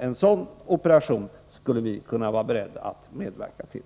En sådan operation skulle vi kunna vara beredda att medverka till.